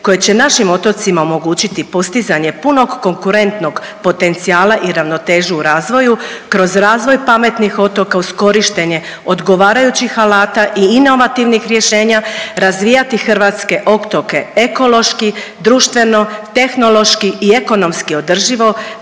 koje će našim otocima omogućiti postizanje punog konkurentnog potencijala i ravnotežu u razvoju kroz razvoj pametnih otoka uz korištenje odgovarajućih alata i inovativnih rješenja, razvijati hrvatske otoke ekološki, društveno, tehnološki i ekonomski održivo